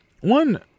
One